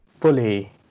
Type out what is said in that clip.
fully